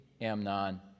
Amnon